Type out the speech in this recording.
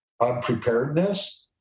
unpreparedness